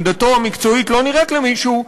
עמדתו המקצועית לא נראית למישהו,